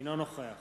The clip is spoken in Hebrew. אינו נוכח